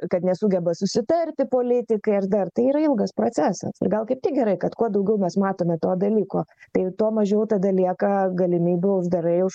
kad nesugeba susitarti politikai ar dar tai yra ilgas procesas ir gal kaip tik gerai kad kuo daugiau mes matome to dalyko tai tuo mažiau tada lieka galimybių uždarai už